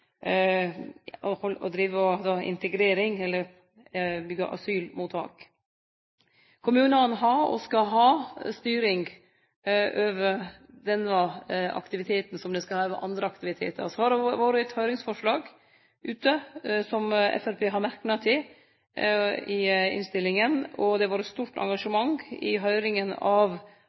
har, og skal ha, styring over denne aktiviteten, som dei skal ha det over andre aktivitetar. Så har det vore eit høyringsforslag ute, som Framstegspartiet har merknad til i innstillinga, og det har vore stort engasjement i høyringa